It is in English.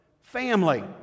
family